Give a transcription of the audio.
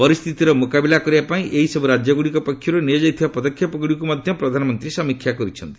ପରିସ୍ଥିତିର ମୁକାବିଲା କରିବା ପାଇଁ ଏହିସବୁ ରାଜ୍ୟଗୁଡ଼ିକ ପକ୍ଷରୁ ନିଆଯାଇଥିବା ପଦକ୍ଷେପ ଗୁଡ଼ିକୁ ମଧ୍ୟ ପ୍ରଧାନମନ୍ତ୍ରୀ ସମୀକ୍ଷା କରିଛନ୍ତି